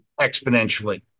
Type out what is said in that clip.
exponentially